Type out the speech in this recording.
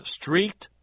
streaked